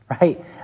right